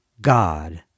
God